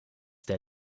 der